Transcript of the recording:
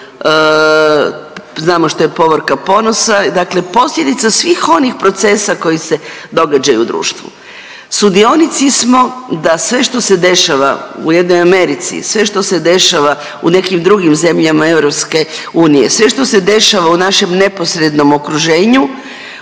znamo što je Povorka Ponosa, dakle posljedica svih onih procesa koji se događaju u društvu. Sudionici smo da sve što se dešava u jednoj Americi sve što se dešava u nekim drugim zemljama EU, sve što se dešava u našem neposrednom okruženju